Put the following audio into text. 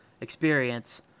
experience